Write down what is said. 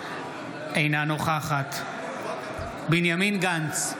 אינה נוכחת בנימין גנץ,